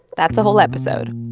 that's a whole episode.